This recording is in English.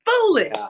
foolish